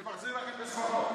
אני מחזיר לכם בשמחות.